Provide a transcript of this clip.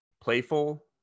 playful